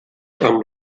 amb